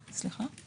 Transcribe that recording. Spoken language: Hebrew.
סליחה,